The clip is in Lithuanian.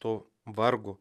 to vargo